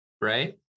right